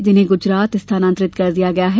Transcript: जिन्हें गुजरात स्थानांतरित कर दिया गया है